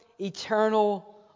eternal